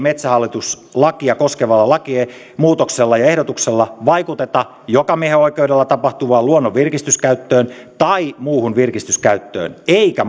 metsähallitus lakia koskevalla lakimuutoksella ja ehdotuksella vaikuteta jokamiehenoikeudella tapahtuvaan luonnon virkistyskäyttöön tai muuhun virkistyskäyttöön eikä